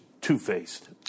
two-faced